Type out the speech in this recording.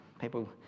people